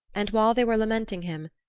and while they were lamenting him,